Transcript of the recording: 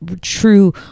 true